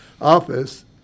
office